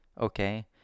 okay